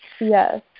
Yes